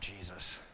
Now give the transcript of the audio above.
Jesus